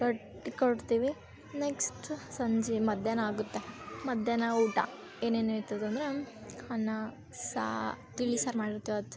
ಕಟ್ಟಿ ಕೊಡ್ತೀವಿ ನೆಕ್ಸ್ಟ್ ಸಂಜೆ ಮಧ್ಯಾಹ್ನ ಆಗುತ್ತೆ ಮಧ್ಯಾಹ್ನ ಊಟ ಏನೇನು ಐತದೆ ಅಂದರೆ ಅನ್ನ ಸಾ ತಿಳಿ ಸಾರು ಮಾಡಿರ್ತೇವೆ ಅವತ್ತು